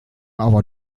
aber